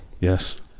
Yes